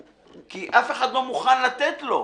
כי אף אחד לא מוכן לתת לו,